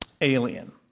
Alien